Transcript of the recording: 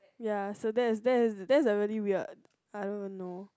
ya so that's that's a that's a really weird I won't even know